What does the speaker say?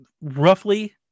roughly